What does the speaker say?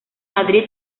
madrid